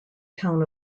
town